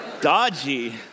dodgy